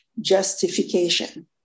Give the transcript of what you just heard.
justification